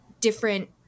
different